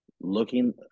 looking